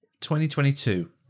2022